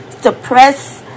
suppress